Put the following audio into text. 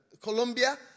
Colombia